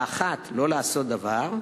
האחת, לא לעשות דבר,